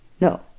No